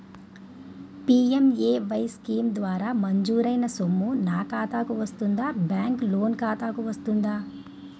PMAY scheme ద్వారా మంజూరైన సొమ్ము నా ఖాతా కు వస్తుందాబ్యాంకు లోన్ ఖాతాకు వస్తుందా?